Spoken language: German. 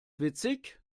witzig